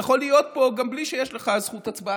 יכול להיות פה גם בלי שיש לך זכות הצבעה.